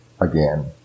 again